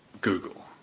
Google